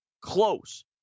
close